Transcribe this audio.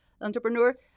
entrepreneur